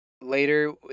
later